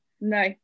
No